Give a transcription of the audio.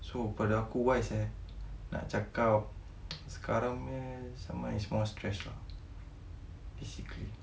so pada aku wise eh nak cakap sekarang punya zaman is more stress lah basically